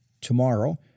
Tomorrow